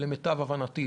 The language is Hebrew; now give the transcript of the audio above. למיטב הבנתי,